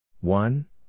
one